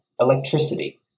electricity